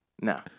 No